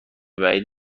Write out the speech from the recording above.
بعید